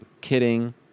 Kidding